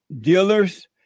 dealers